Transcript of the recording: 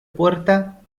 puerta